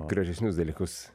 gražesnius dalykus